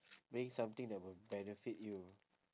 bring something that will benefit you